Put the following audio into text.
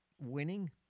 winning